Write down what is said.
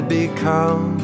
become